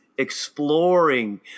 exploring